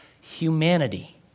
humanity